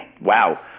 Wow